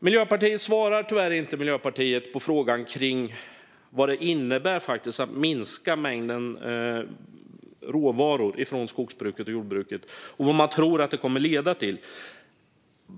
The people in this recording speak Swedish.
Miljöpartiet svarade tyvärr inte på vad det innebär att minska mängden råvara från skogsbruket och jordbruket och vad man tror att detta kommer att leda till.